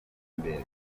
imbere